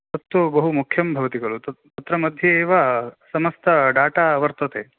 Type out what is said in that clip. तत्तु बहु मुख्यं भवति खलु तत् तत्र मध्ये एव समस्त डाटा वर्तते